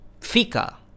Fika